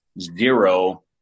zero